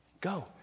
go